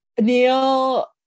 Neil